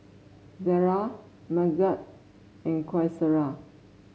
Dara Megat and Qaisara